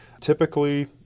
Typically